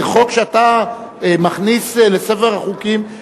זה חוק שאתה מכניס לספר החוקים,